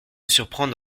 surprendre